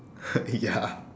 ya